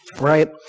right